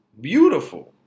beautiful